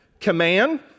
Command